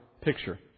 picture